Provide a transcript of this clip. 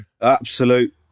absolute